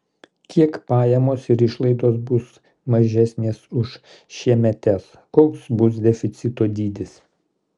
kiek pajamos ir išlaidos bus mažesnės už šiemetes koks bus deficito dydis